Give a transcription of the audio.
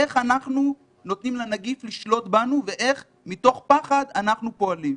איך אנחנו נותנים לנגיף לשלוט בנו ואיך מתוך פחד אנחנו פועלים.